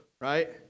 right